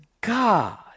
God